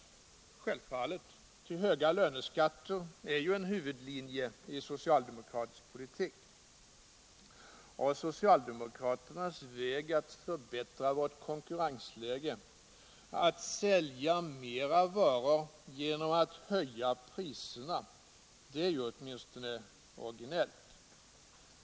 Självfallet — höga löneskatter är ju en huvudlinje i socialdemokratisk politik. Socialdemokraternas väg att förbättra vårt konkurrensläge, att sälja mera varor genom att höja priserna, är åtminstone originell.